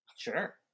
Sure